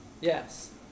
Yes